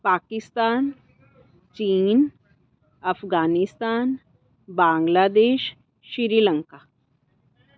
ਪਾਕੀਸਤਾਨ ਚੀਨ ਅਫਗਾਨੀਸਤਾਨ ਬਾਂਗਲਾਦੇਸ਼ ਸ਼੍ਰੀਲੰਕਾ